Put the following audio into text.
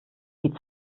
die